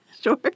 Sure